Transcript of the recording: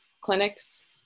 clinics